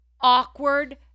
awkward